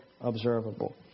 observable